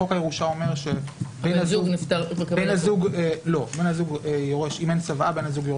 חוק הירושה אומר שאם אין צוואה בן הזוג יורש חצי,